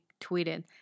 tweeted